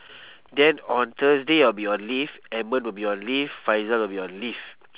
then on thursday I'll be on leave edmund will be on leave faizah will be on leave